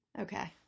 okay